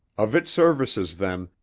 of its services then,